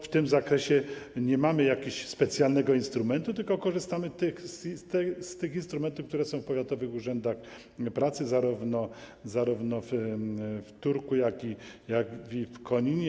W tym zakresie nie mamy jakiegoś specjalnego instrumentu, tylko korzystamy z tych instrumentów, które są w powiatowych urzędach pracy, zarówno w Turku, jak i w Koninie.